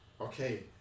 Okay